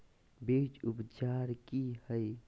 बीज उपचार कि हैय?